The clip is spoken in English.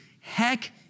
heck